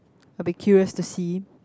I'd be curious to see